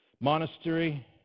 monastery